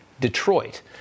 Detroit